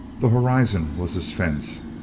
the horizon was his fence,